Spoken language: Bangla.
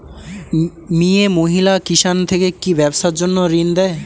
মিয়ে মহিলা কিষান থেকে কি ব্যবসার জন্য ঋন দেয়?